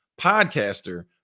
podcaster